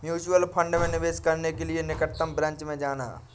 mutual fund में निवेश करने के लिए निकटतम ब्रांच में जाना